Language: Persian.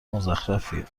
مزخرفیه